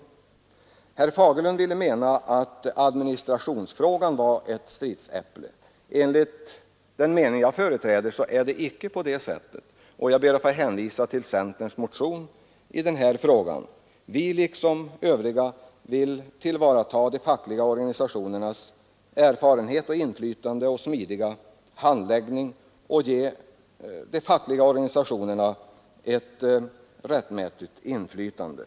Herr Fagerlund ville framhålla att administrationsfrågan var ett stridsäpple. Enligt den mening jag företräder är det icke på det sättet, och jag ber att få hänvisa till centerns motion i den här frågan. Vi liksom övriga vill tillvarata de fackliga organisationernas erfarenhet, inflytande och smidiga handläggning och ge de fackliga organisationerna ett rättmätigt inflytande.